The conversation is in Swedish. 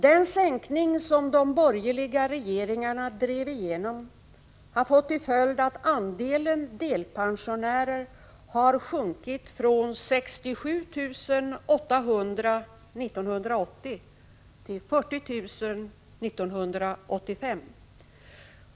Den sänkning som de borgerliga regeringarna drev igenom har fått till följd att andelen delpensionärer har sjunkit från 67 800 år 1980 till ca 40 000 år 1985.